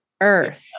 earth